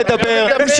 יאיר, יאיר.